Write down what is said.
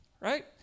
right